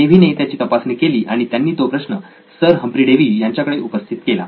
नेव्हीने त्याची तपासणी केली आणि त्यांनी तो प्रश्न सर हम्फ्री डेवी यांच्याकडे व्यवस्थित केला